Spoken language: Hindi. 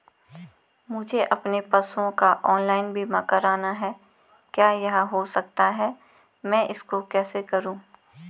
मुझे अपने पशुओं का ऑनलाइन बीमा करना है क्या यह हो सकता है मैं इसको कैसे करूँ?